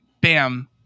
bam